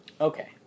Okay